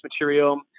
material